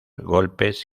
golpes